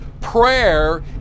prayer